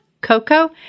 Coco